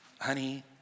Honey